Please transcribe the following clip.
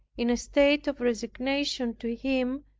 in a state of resignation to him,